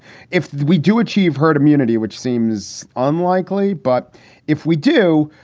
if we do achieve herd immunity, which seems unlikely, but if we do,